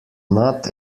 not